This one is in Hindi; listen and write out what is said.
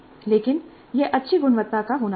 लेकिन यह अच्छी गुणवत्ता का होना चाहिए